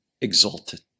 exalted